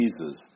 Jesus